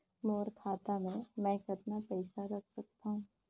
मोर खाता मे मै कतना पइसा रख सख्तो?